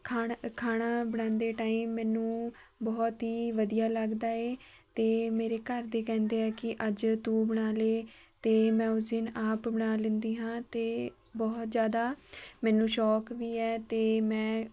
ਖਾਣਾ ਖਾਣਾ ਬਣਾਉਂਦੇ ਟਾਈਮ ਮੈਨੂੰ ਬਹੁਤ ਹੀ ਵਧੀਆ ਲੱਗਦਾ ਏ ਅਤੇ ਮੇਰੇ ਘਰਦੇ ਕਹਿੰਦੇ ਆ ਕਿ ਅੱਜ ਤੂੰ ਬਣਾ ਲੈ ਤੇ ਮੈਂ ਉਸ ਦਿਨ ਆਪ ਬਣਾ ਲੈਂਦੀ ਹਾਂ ਅਤੇ ਬਹੁਤ ਜ਼ਿਆਦਾ ਮੈਨੂੰ ਸ਼ੌਂਕ ਵੀ ਹੈ ਅਤੇ ਮੈਂ